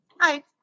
Hi